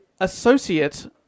associate